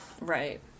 Right